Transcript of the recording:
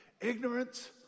Ignorance